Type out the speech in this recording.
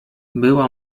była